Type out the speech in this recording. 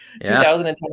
2010